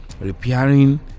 repairing